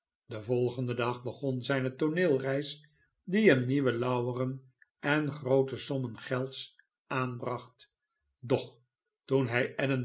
den volgenden dag begon zijne tooneelreis die hem nieuwe lauweren en groote sommen gelds aanbracht doch toen hij